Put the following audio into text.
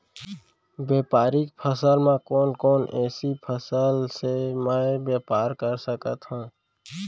व्यापारिक फसल म कोन कोन एसई फसल से मैं व्यापार कर सकत हो?